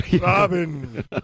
Robin